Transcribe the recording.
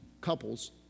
couples